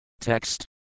Text